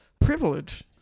Privilege